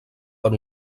per